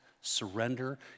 surrender